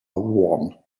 one